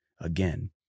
again